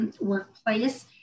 workplace